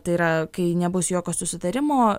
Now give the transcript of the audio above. tai yra kai nebus jokio susitarimo